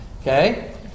Okay